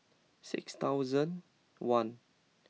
six thousand one